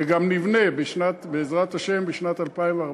וגם נבנה, בעזרת השם, בשנת 2014,